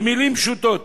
במלים פשוטות,